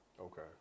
Okay